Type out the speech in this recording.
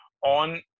on